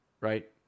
right